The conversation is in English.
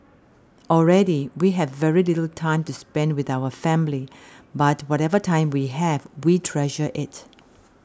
already we have very little time to spend with our family but whatever time we have we treasure it